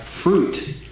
fruit